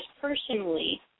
personally